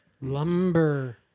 Lumber